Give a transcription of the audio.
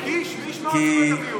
קיש, מי ישמור על זכויות